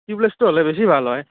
টিউবলেছটো হ'লে বেছি ভাল হয়